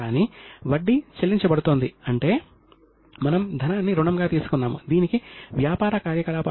కౌటిల్యుని చాణక్యుడు లేదా విష్ణుగుప్తుడు అని కూడా పిలుస్తారు